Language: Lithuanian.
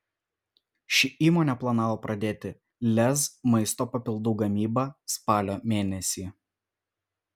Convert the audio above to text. ši įmonė planavo pradėti lez maisto papildų gamybą spalio mėnesį